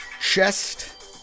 chest